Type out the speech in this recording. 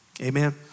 Amen